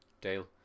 Dale